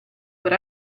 per